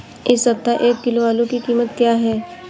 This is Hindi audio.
इस सप्ताह एक किलो आलू की कीमत क्या है?